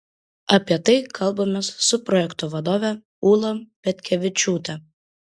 apie tai kalbamės su projekto vadove ūla petkevičiūte